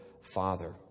father